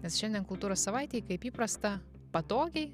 nes šiandien kultūros savaitei kaip įprasta patogiai